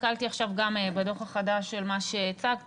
הסתכלתי עכשיו גם בדוח החדש של מה שהצגת,